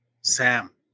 sam